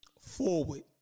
forward